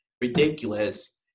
ridiculous